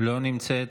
לא נמצאת.